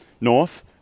north